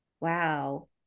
Wow